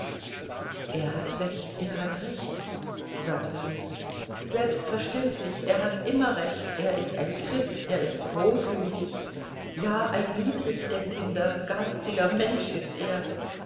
er hat recht er hat recht sagte sie selbstverständlich er hat immer recht er ist ein christ er ist großmütig ja ein niedrig denkender garstiger mensch ist er